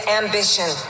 ambition